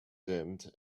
dimmed